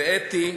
ואתי,